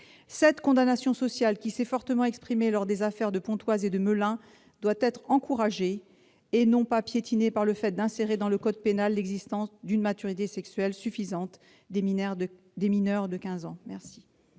Cette condamnation sociale, qui s'est fortement exprimée lors des affaires de Pontoise et de Melun, doit être encouragée et non pas piétinée par le fait d'insérer dans le code pénal l'existence d'une maturité sexuelle suffisante des mineurs de quinze